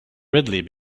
readily